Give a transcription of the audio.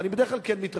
ואני בדרך כלל כן מתרשם.